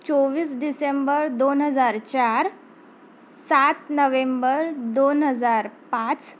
चोवीस डिसेंबर दोन हजार चार सात नव्हेंबर दोन हजार पाच